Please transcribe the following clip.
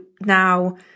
now